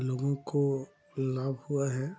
लोगों को लाभ हुआ है